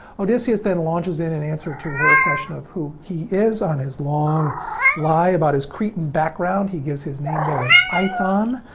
odysseus, then, launches in an answer to her question of who he is on his long lie about his cretin background. he gives his name there as aethon,